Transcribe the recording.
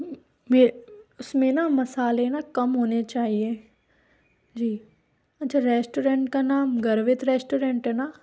उसमें न मसाले ना कम होने चाहिए जी अच्छा रेस्टोरेंट का नाम गर्वित रेस्टोरेंट है ना